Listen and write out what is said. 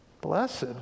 Blessed